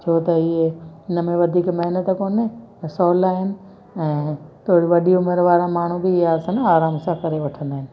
छो त इहे हिन में वधीक महिनत कोन्हे त सहुला आहिनि ऐं थोरी वॾी उमिरि वारा माण्हू बि ई आसन आराम सां करे वठंदा आहिनि